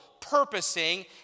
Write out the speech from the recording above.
purposing